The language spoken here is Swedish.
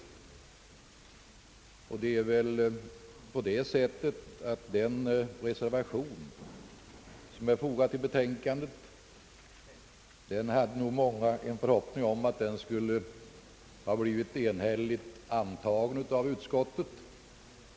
Många hade nog en förhoppning om att yrkandet i den reservation som är fogad till betänkandet skulle bli enhälligt antaget av utskottet.